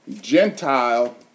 Gentile